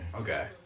Okay